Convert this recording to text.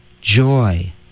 joy